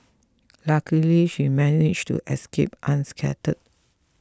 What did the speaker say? luckily she managed to escape unscathed